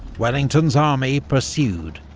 wellington's army pursued,